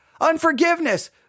unforgiveness